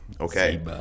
Okay